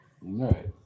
Right